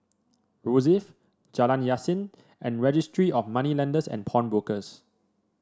Rosyth Jalan Yasin and Registry of Moneylenders and Pawnbrokers